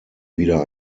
wieder